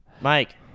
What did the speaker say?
Mike